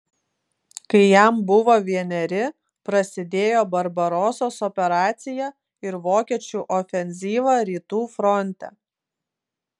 kai jam buvo vieneri prasidėjo barbarosos operacija ir vokiečių ofenzyva rytų fronte